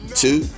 two